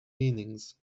meanings